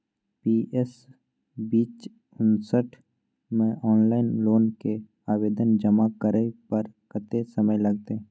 PS बीच उनसठ म ऑनलाइन लोन के आवेदन जमा करै पर कत्ते समय लगतै?